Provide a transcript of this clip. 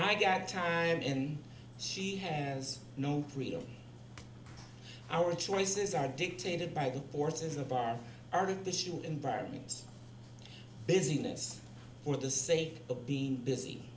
i get tired in she has no real our choices are dictated by the forces of artificial environment business for the sake of being busy